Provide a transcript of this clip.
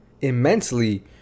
immensely